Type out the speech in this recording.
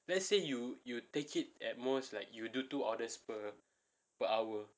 let's say you you take it at most like you do two orders per per hour